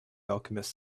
alchemist